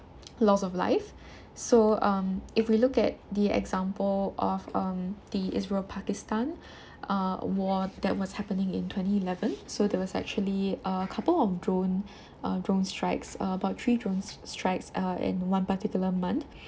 loss of life so um if we look at the example of um the Israel Pakistan uh war that was happening in twenty eleven so there was actually uh a couple of drone uh drone strikes about three drone st~ strikes uh in one particular month